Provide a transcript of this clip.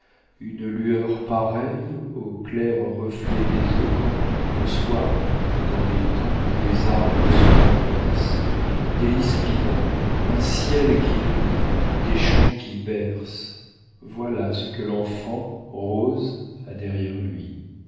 une lueur pareille au clair reflet des eaux quand le soir dans l'étang les arbres se renversent des lys vivants un ciel qui rit des chants qui bercent voilà ce que l'enfant rose a derrière lui